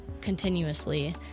continuously